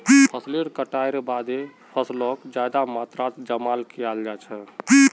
फसलेर कटाईर बादे फैसलक ज्यादा मात्रात जमा कियाल जा छे